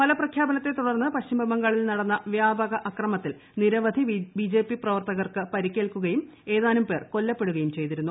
ഫലപ്രഖ്യാപനത്തെ തുടർന്ന് പൃശ്ചിമ ബംഗാളിൽ നടന്ന വ്യാപക അക്രമത്തിൽ നിരവധി ബിങ്ജൂപ് പ്രവർത്തകർക്ക് പരിക്കേൽക്കുകയും ഏത്താനുർ പേർ കൊല്ലപ്പെടുകയും ചെയ്തിരുന്നു